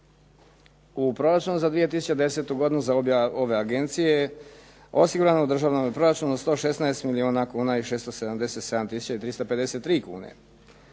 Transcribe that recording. U proračunu za 2010. godinu za ove agencije je osigurano u državnome proračunu 116 milijuna kuna i 677 tisuća